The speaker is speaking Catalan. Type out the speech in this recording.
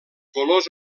colors